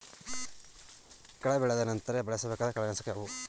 ಕಳೆ ಬೆಳೆದ ನಂತರ ಬಳಸಬೇಕಾದ ಕಳೆನಾಶಕಗಳು ಯಾವುವು?